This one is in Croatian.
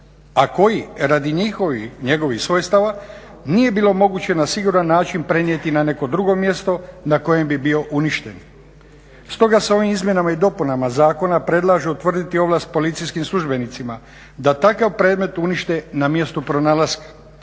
a koji radi njegovih svojstava nije bilo moguće na siguran načina prenijeti na neko drugo mjesto na kojem bi bio uništen. Stoga se ovim izmjenama i dopunama zakona predlaže utvrditi ovlast policijskim službenicima da takav predmet unište na mjestu pronalaska